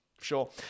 Sure